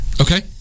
Okay